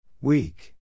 Weak